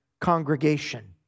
congregation